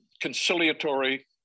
conciliatory